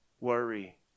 worry